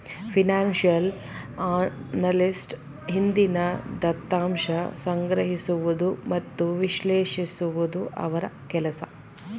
financial analyst ಹಿಂದಿನ ದತ್ತಾಂಶ ಸಂಗ್ರಹಿಸುವುದು ಮತ್ತು ವಿಶ್ಲೇಷಿಸುವುದು ಅವರ ಕೆಲಸ